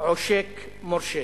"עושק מורשה".